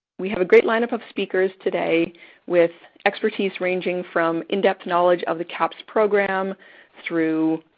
we have a great lineup of speakers today with expertise ranging from in-depth knowledge of the cahps program through